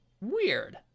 Weird